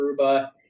Aruba